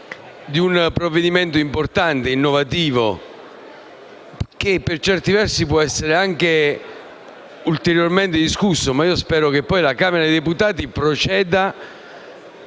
di un provvedimento importante e innovativo, che, per certi versi, può essere anche ulteriormente discusso, ma spero che la Camera dei deputati lasci